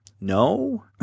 No